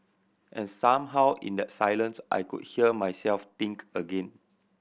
and somehow in that silence I could hear myself think again